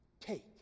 take